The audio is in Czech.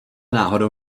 náhodou